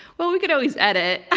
well, we could always edit. and